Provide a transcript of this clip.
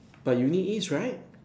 but you need its right